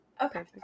Okay